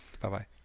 Bye-bye